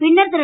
பின்னர் ரு